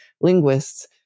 linguists